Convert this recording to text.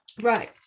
Right